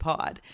Pod